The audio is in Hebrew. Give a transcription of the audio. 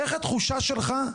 הוא לא אמר שלא להעביר את הכסף,